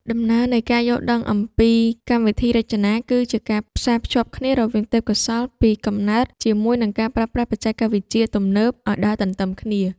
ដំណើរនៃការយល់ដឹងអំពីកម្មវិធីរចនាគឺជាការផ្សារភ្ជាប់គ្នារវាងទេពកោសល្យពីកំណើតជាមួយនឹងការប្រើប្រាស់បច្ចេកវិទ្យាទំនើបឱ្យដើរទន្ទឹមគ្នា។